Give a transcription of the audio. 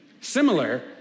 similar